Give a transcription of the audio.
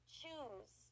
choose